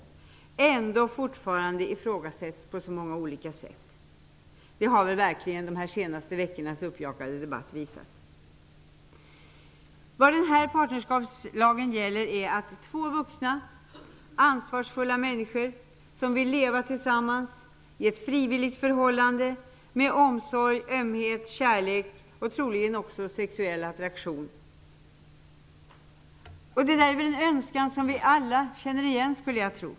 Trots detta ifrågasätts den fortfarande på många olika sätt. Det har de senaste veckornas uppjagade debatt verkligen visat. Den här partnerskapslagen handlar om två vuxna, ansvarsfulla människor som vill leva tillsammans i ett frivilligt förhållande med omsorg, ömhet, kärlek och troligen också sexuell attraktion. Det är en önskan som vi alla känner igen, skulle jag tro.